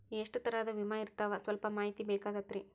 ಎಷ್ಟ ತರಹದ ವಿಮಾ ಇರ್ತಾವ ಸಲ್ಪ ಮಾಹಿತಿ ಬೇಕಾಗಿತ್ರಿ